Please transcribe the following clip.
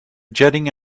jetting